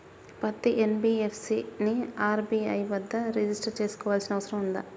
పత్తి ఎన్.బి.ఎఫ్.సి ని ఆర్.బి.ఐ వద్ద రిజిష్టర్ చేసుకోవాల్సిన అవసరం ఉందా?